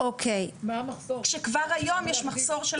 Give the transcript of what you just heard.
יש מחסור של